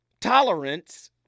Tolerance